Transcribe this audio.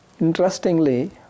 interestingly